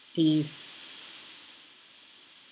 is